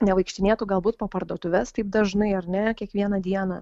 nevaikštinėtų galbūt po parduotuves taip dažnai ar ne kiekvieną dieną